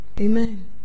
Amen